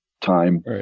time